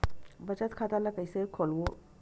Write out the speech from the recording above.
बचत खता ल कइसे खोलबों?